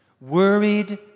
worried